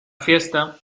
fiesta